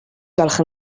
gwelwch